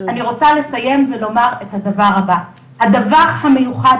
אני רוצה לסיים ולומר שהמפקח המיוחד